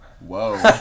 Whoa